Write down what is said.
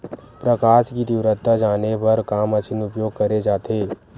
प्रकाश कि तीव्रता जाने बर का मशीन उपयोग करे जाथे?